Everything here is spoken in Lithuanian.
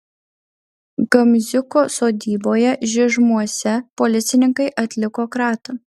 gamziuko sodyboje žižmuose policininkai atliko kratą